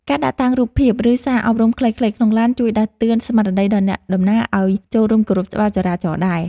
ការដាក់តាំងរូបភាព ឬសារអប់រំខ្លីៗក្នុងឡានជួយដាស់តឿនស្មារតីដល់អ្នកដំណើរឱ្យចូលរួមគោរពច្បាប់ចរាចរណ៍ដែរ។